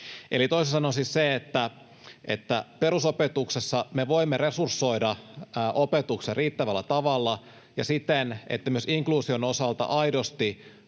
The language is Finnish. eli toisin sanoen siis, että perusopetuksessa me voimme resursoida opetuksen riittävällä tavalla ja siten, että myös inkluusion osalta aidosti